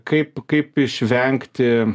kaip kaip išvengti